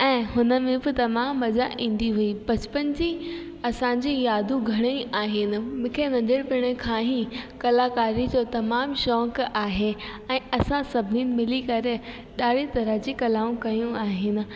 ऐं हुनमें बि तमामु मजा ईंदी हुई बचपन जी असांजी यादूं घणेई आहिनि मुखे नंढेपिण खां ई कलाकारी जो तमामु शौंक़ु आहे ऐं असां सभिनी मिली करे ॾाढी तरह जी कलाऊं कयूं आहिनि